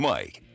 Mike